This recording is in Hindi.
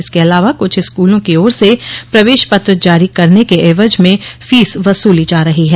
इसके अलावा कुछ स्कूलों की ओर से प्रवेश पत्र जारी करने के ऐवज में फीस वसूली जा रही है